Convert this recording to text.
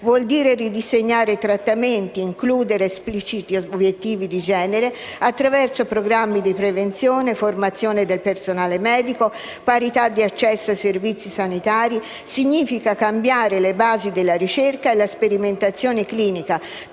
vuol dire ridisegnare i trattamenti, includere espliciti obiettivi di genere attraverso programmi di prevenzione, formazione del personale medico, parità di accesso ai servizi sanitari, significa cambiare le basi della ricerca e la sperimentazione clinica